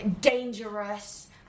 dangerous